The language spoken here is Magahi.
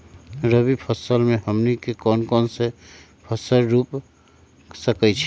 रबी फसल में हमनी के कौन कौन से फसल रूप सकैछि?